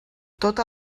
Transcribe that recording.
tota